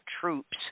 troops